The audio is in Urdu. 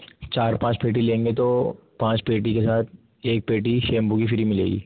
چار پانچ پیٹی لیں گے تو پانچ پیٹی کے ساتھ ایک پیٹی شیمبو کی فری ملے گی